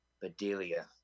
Bedelia